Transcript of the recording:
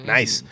Nice